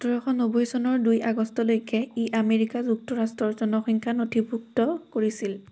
সোতৰশ নব্বৈ চনৰ দুই আগষ্টলৈকে ই আমেৰিকা যুক্তৰাষ্ট্ৰৰ জনসংখ্যা নথিভুক্ত কৰিছিল